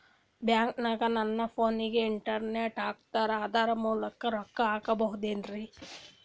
ಬ್ಯಾಂಕನಗ ನನ್ನ ಫೋನಗೆ ಇಂಟರ್ನೆಟ್ ಹಾಕ್ಯಾರ ಅದರ ಮೂಲಕ ರೊಕ್ಕ ಹಾಕಬಹುದೇನ್ರಿ?